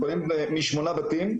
אנחנו קונים משמונה בתים.